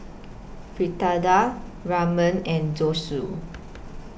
Fritada Ramen and Zosui